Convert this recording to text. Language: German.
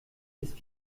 ist